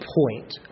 point